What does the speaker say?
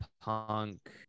punk